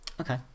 okay